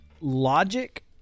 logic